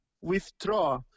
withdraw